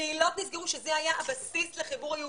קהילות נסגרו, שזה היה הבסיס לחיבור היהודי.